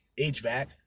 HVAC